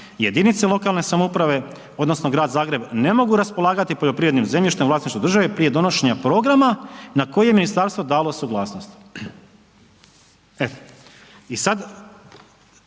„Jedinice lokalne samouprave odnosno grad Zagreb ne mogu raspolagati poljoprivrednim zemljištem u vlasništvu države prije donošenja programa na koje je ministarstvo dalo suglasnost“. I sada